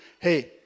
hey